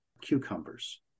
cucumbers